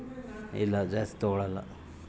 direct bank ಅವ್ರು ಬಡ್ಡಿನ ಜಾಸ್ತಿ ತಗೋತಾರೆ